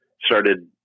started